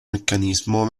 meccanismo